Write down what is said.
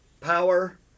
power